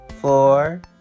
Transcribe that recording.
four